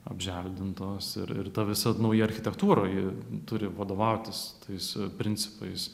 apželdintos ir ir visad nauja architektūroj turi vadovautis tais principais